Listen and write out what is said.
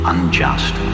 Unjust